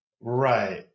right